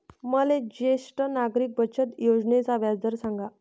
मले ज्येष्ठ नागरिक बचत योजनेचा व्याजदर सांगा